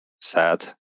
sad